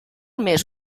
més